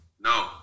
No